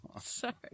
Sorry